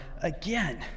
again